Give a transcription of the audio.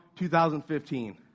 2015